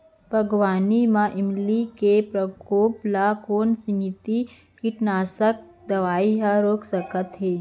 बागवानी म इल्ली के प्रकोप ल कोन सीमित कीटनाशक दवई ह रोक सकथे?